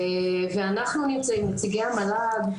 ואנחנו נמצאים, נציגי המל"ג.